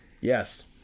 Yes